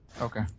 Okay